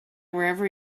wherever